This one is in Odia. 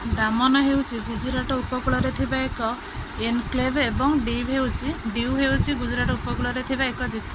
ଦାମନ ହେଉଛି ଗୁଜରାଟ ଉପକୂଳରେ ଥିବା ଏକ ଏନ୍କ୍ଲେଭ ଏବଂ ଡିଭ ହେଉଛି ଡିଉ ହେଉଛି ଗୁଜରାଟ ଉପକୂଳରେ ଥିବା ଏକ ଦ୍ୱୀପ